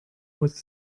was